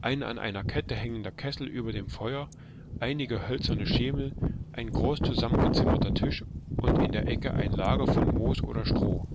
ein an einer kette hängender kessel über dem feuer einige hölzerne schemel ein groß zusammengezimmerter tisch und in der ecke ein lager von moos oder stroh